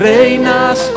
Reinas